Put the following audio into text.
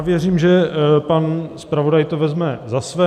Věřím, že pan zpravodaj to vezme za své.